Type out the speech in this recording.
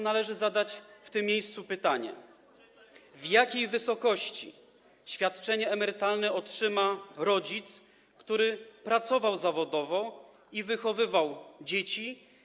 Należy zadać w tym miejscu pytanie: W jakiej wysokości świadczenie emerytalne otrzyma rodzic, który pracował zawodowo i wychowywał dzieci?